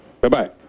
Bye-bye